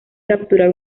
capturar